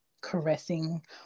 caressing